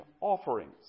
offerings